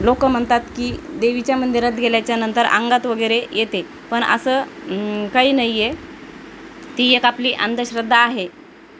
लोकं म्हणतात की देवीच्या मंदिरात गेल्याच्यानंतर अंगातवगैरे येते पण असं काही नाही आहे ती एक आपली अंधश्रद्धा आहे